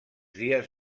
dies